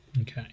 Okay